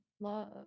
Love